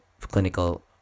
clinical